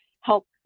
help